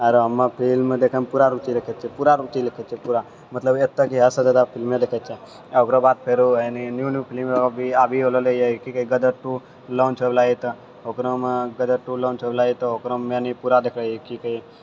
आरो हम फिल्म देखैमे पूरा रुचि रखै छियै पूरा रुचि रखै छियै पूरा मतलब अत्ते जे हदसँ जादा फिल्मे देखै छियै ओकरो बाद फेरो एनि न्यू न्यू फिल्म सभ भी आबि रहलै है कि कहै छै गदर टू लांच होइवला अछि तऽ ओकरामे गदर टू लांच होइवला अछि तऽ ओकरामे नी पूरा ई देखैय कि कहै है